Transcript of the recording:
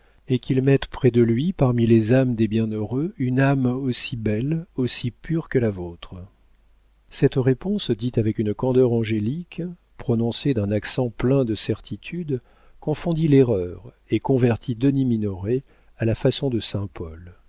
et qu'il mette près de lui parmi les âmes des bienheureux une âme aussi belle aussi pure que la vôtre cette réponse dite avec une candeur angélique prononcée d'un accent plein de certitude confondit l'erreur et convertit denis minoret à la façon de